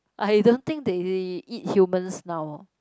I don't think they eat humans now